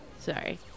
Sorry